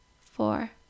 four